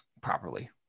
properly